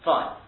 Fine